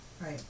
right